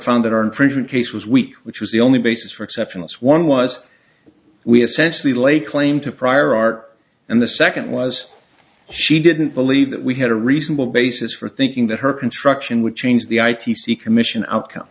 found that our infringement case was weak which was the only basis for exceptional swan was we essentially lay claim to prior art and the second was she didn't believe that we had a reasonable basis for thinking that her construction would change the i t c commission